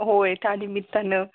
होय त्या निमितानं